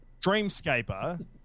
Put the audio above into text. Dreamscaper